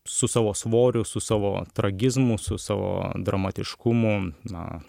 su savo svoriu su savo tragizmu su savo dramatiškumu na